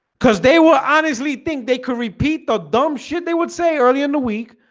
cuz they will honestly think they could repeat the dumb shit. they would say earlier in the week,